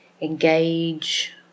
engage